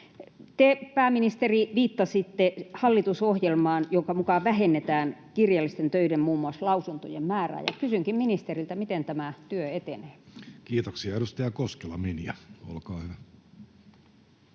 Te, pääministeri, viittasitte hallitusohjelmaan, jonka mukaan vähennetään kirjallisten töiden, muun muassa lausuntojen, määrää, ja kysynkin ministeriltä: miten tämä työ etenee? Kiitoksia. — Edustaja Koskela, Minja, olkaa hyvä.